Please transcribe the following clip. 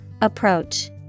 Approach